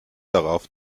darauf